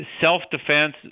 self-defense